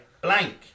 Blank